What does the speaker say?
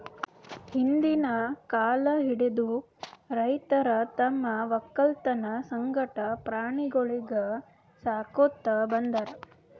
ಹಿಂದ್ಕಿನ್ ಕಾಲ್ ಹಿಡದು ರೈತರ್ ತಮ್ಮ್ ವಕ್ಕಲತನ್ ಸಂಗಟ ಪ್ರಾಣಿಗೊಳಿಗ್ ಸಾಕೋತ್ ಬಂದಾರ್